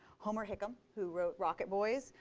homer hickam who wrote rocket boys,